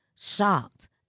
shocked